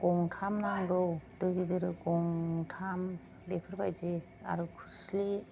गंथाम नांगौ दो गिदिर गंथाम बेफोरबादि आरो खोरस्लि